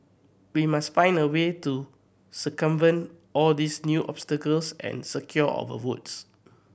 we must find a way to circumvent all these new obstacles and secure our votes